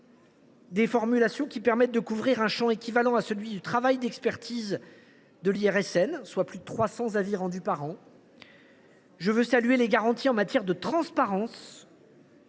une rédaction permettant de couvrir un champ équivalent à celui du travail d’expertise de l’IRSN, soit plus de 300 avis rendus par an. Je salue également les garanties en matière de transparence